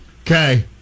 Okay